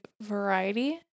variety